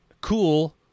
cool